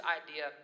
idea